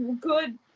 good